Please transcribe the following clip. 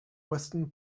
western